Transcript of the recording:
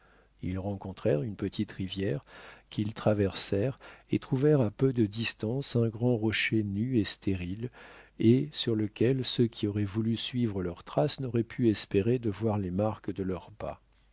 ils rencontrèrent une petite rivière qu'ils traversèrent et trouvèrent à peu de distance un grand rocher nu et stérile et sur lequel ceux qui auraient voulu suivre leurs traces n'auraient pu espérer de voir les marques de leurs pas